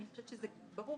אני חושבת שזה ברור